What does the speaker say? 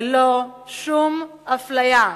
ללא שום אפליה.